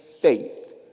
faith